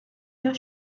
your